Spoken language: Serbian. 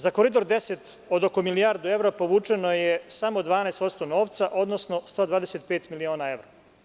Za „Koridor 10“ od oko milijardu evra, povučeno je samo 12% novca, odnosno 125 miliona evra.